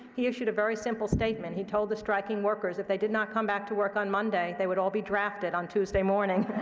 he issued a very simple statement. he told the striking workers, if they did not come back to work on monday, they would all be drafted on tuesday morning.